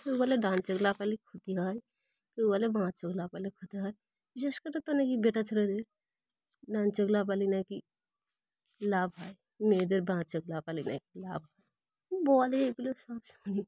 কেউ বলে ডান চোখ লাফালে ক্ষতি হয় কেউ বলে বাঁ চোখ লাফালে ক্ষতি হয় বিশেষ করে তো নাকি বেটা ছেলেদের ডানচোখ লাফালে নাকি লাভ হয় মেয়েদের বাঁ চোখ লাফালে নাকি লাভ হয় বলে এগুলো সব শুনি